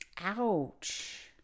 ouch